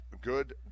good